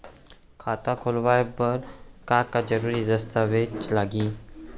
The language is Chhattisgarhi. खाता खोलवाय बर का का जरूरी दस्तावेज लागही?